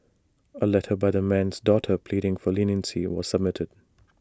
A letter by the man's daughter pleading for leniency was submitted